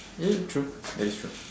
ya ya true that is true